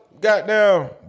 Goddamn